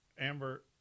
Amber